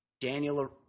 Daniel